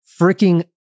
freaking